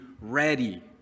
ready